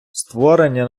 створення